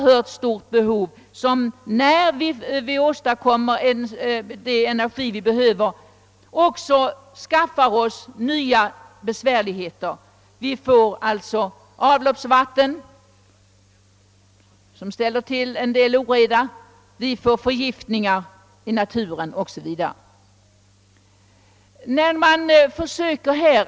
För att framställa den energimängd som behövs följer stora störningar i naturen; vi får avloppsvatten som förorenar, luftförgiftningar 0. s. V.